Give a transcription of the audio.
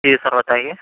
جی sir بتائیے